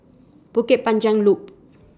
Bukit Panjang Loop